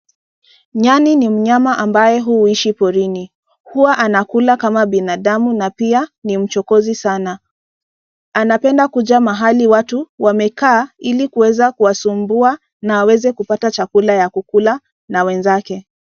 Nyani ni mnyama ambaye huishi porini, huwa ankula kama binadamu na pia ni mchokozi sana, anapenda kuja pahali watu wamekaa ili kuweza kuwasumbua na aweze kupata chakula ya kukula na wenzake.